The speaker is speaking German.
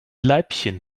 leibchen